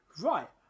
right